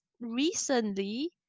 recently